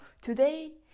today